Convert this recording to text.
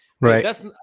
Right